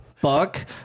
Buck